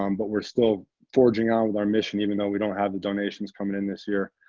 um but we're still forging on with our mission, even though we don't have the donations coming in this year,